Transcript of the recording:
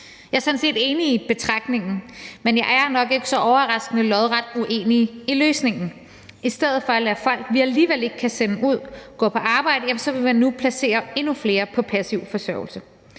Jeg er sådan set enig i betragtningen, men jeg er – nok ikke så overraskende – lodret uenig i løsningen. I stedet for at lade folk, vi alligevel ikke kan sende ud, gå på arbejde, vil man nu placere endnu flere på passiv forsørgelse.